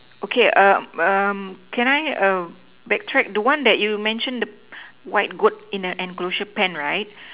okay err um can I err back track the one that you mention white goat in an enclosure pen right